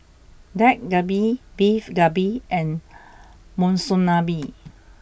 Dak Galbi Beef Galbi and Monsunabe